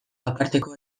aparteko